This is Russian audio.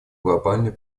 глобальной